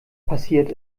passiert